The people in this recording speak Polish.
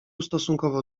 stosunkowo